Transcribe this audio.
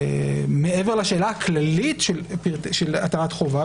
מעבר לשאלה הכללית של הטלת חובה,